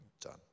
done